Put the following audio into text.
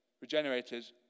regenerated